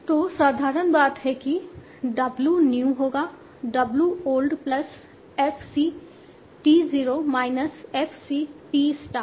तो साधारण बात है कि w न्यू होगा w old plus f c t 0 minus f c t star